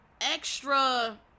extra